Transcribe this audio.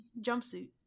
jumpsuit